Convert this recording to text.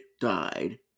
died